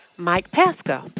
mike pesca.